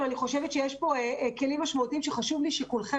אבל אני חושבת שיש פה כלים משמעותיים שחשוב לי שכולכם,